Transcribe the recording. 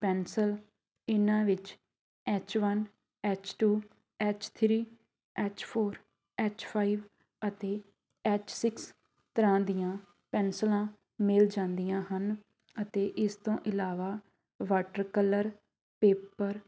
pencil ਇਹਨਾਂ ਵਿੱਚ H one H two H three H four H five ਅਤੇ H six ਤਰ੍ਹਾਂ ਦੀਆਂ ਪੈਨਸਲਾਂ ਮਿਲ ਜਾਂਦੀਆਂ ਹਨ ਅਤੇ ਇਸ ਤੋਂ ਇਲਾਵਾ ਵਾਟਰ ਕਲਰ ਪੇਪਰ